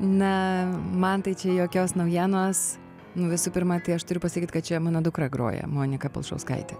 na man tai čia jokios naujienos visų pirma tai aš turiu pasakyt kad čia mano dukra groja monika palšauskaitė